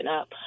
up